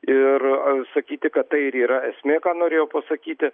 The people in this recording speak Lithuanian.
ir sakyti kad tai ir yra esmė ką norėjo pasakyti